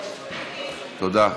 תודה.